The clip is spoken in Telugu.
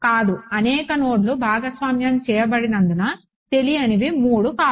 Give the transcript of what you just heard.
కాదు అనేక నోడ్లు భాగస్వామ్యం చేయబడినందున తెలియనివి 3 కావు